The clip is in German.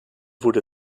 wurde